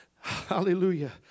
Hallelujah